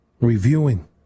reviewing